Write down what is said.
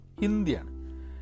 Indian